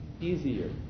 easier